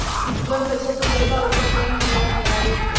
जौन पइसा तू लेबा ऊपर बैंक बियाज लगाई